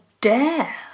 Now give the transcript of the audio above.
dare